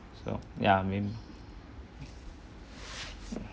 so ya I mean